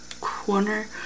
corner